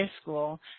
school